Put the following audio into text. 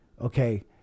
Okay